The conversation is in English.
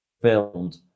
filmed